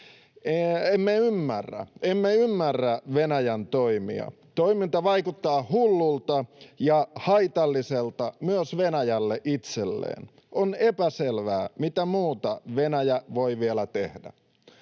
Emme ymmärrä Venäjän toimia. Toiminta vaikuttaa hullulta ja haitalliselta myös Venäjälle itselleen. On epäselvää, mitä muuta Venäjä voi vielä tehdä.